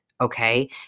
okay